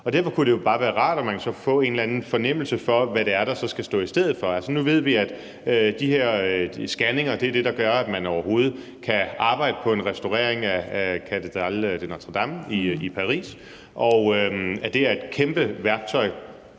Derfor kunne det jo bare være rart, om man så kunne få en eller anden fornemmelse af, hvad det er, der så skal stå i stedet for. Nu ved vi, at de her scanninger er det, der gør, at man overhovedet kan arbejde på en restaurering af Cathédrale Notre-Dame i Paris, og at det er et værktøj